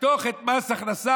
נחתוך את מס ההכנסה